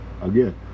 again